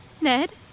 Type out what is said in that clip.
Ned